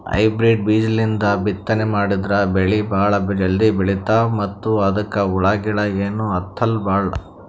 hybrid ಬೀಜಾಲಿಂದ ಬಿತ್ತನೆ ಮಾಡದ್ರ್ ಬೆಳಿ ಭಾಳ್ ಜಲ್ದಿ ಬೆಳೀತಾವ ಮತ್ತ್ ಅವಕ್ಕ್ ಹುಳಗಿಳ ಏನೂ ಹತ್ತಲ್ ಭಾಳ್